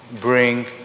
bring